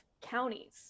counties